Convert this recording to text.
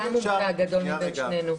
אתה --- הגדול מבין שנינו.